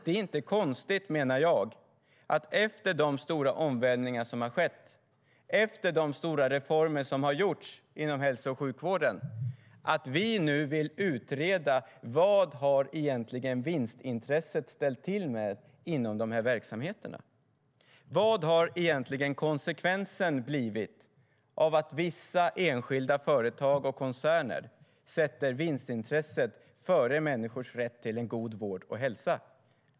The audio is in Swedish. Det är inte konstigt att vi, efter de stora omvälvningar som har skett och efter de stora reformer som har gjorts inom hälso och sjukvården, nu vill utreda vad vinstintresset egentligen har ställt till med inom dessa verksamheter. Vad har egentligen konsekvensen blivit av att vissa enskilda företag och koncerner sätter vinstintresset före människors rätt till en god vård och hälsa?